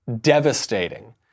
devastating